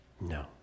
No